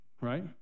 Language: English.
right